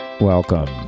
Welcome